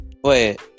Wait